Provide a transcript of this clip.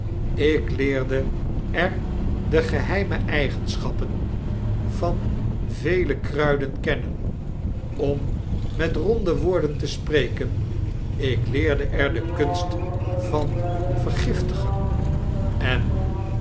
ik leerde er de geheime eigenjuffrouw ltrrtper en hare commensalen schap van vele kruiden kennen ommetronde woorden te spreken ik leerde er de kunst van vergiftigen en